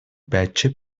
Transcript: بچه